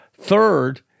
Third